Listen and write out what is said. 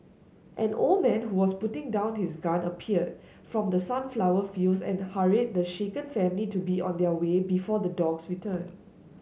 an old man who was putting down his gun appeared from the sunflower fields and hurried the shaken family to be on their way before the dogs return